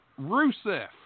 Rusev